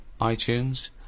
iTunes